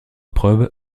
preuves